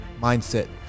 mindset